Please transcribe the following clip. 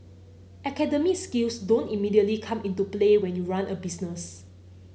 academic skills don't immediately come into play when you run a business